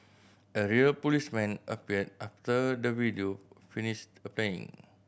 a real policeman appeared after the video finished a ban